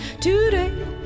Today